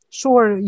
sure